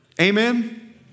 amen